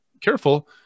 careful